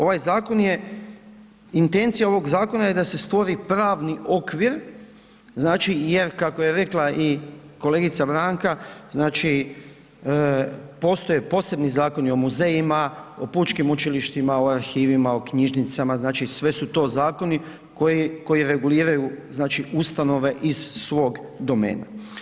Ovaj zakon je, intencija ovog zakona je da se stvori pravni okvir znači jer kako je rekla i kolegica Branka znači postoje posebni zakoni o muzejima, o pučkim učilištima, o arhivima, o knjižnicama znači sve su to zakoni koji reguliraju znači ustanove iz svog domena.